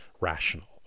rational